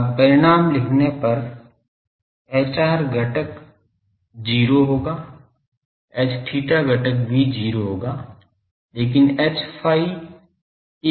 अब परिणाम लिखने पर Hr घटक 0 होगा Hθ घटक भी 0 होगा लेकिन Hϕ 1 भाग mu not होगा